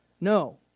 No